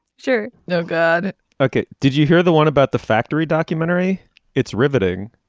sure. no. god okay. did you hear the one about the factory documentary it's riveting